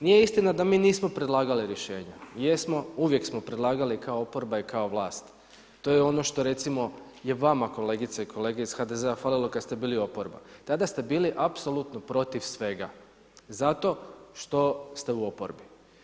Nije istina da mi nismo predlagali rješenja, jesmo, uvijek smo predlagali kao oporba i kao vlast, to je ono što recimo je vama kolegice i kolege iz HDZ-a falilo kad ste bili oporba, tada ste bili apsolutno protiv svega zato što ste u oporbi.